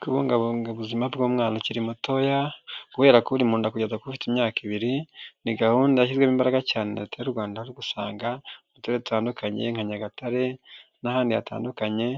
Kubungabunga ubuzima bw'umwana ukiri mutoya, guhera k'uri munda kugeza k'ufite imyaka ibiri, ni gahunda yashyizwemo imbaraga cyane na leta y'u rwanda usanga mu turere dutandukanye nka nyagatare n'ahandi hatandukanye